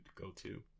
go-to